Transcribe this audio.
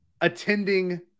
attending